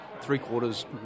three-quarters